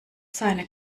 seine